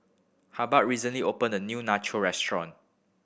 Hubbard recently open a new Nacho restaurant